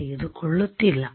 ತೆಗೆದುಕೊಳ್ಳಲಿಲ್ಲ